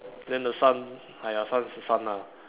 then the sun !aiya! sun is the sun lah